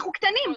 אנחנו קטנים,